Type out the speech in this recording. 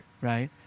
Right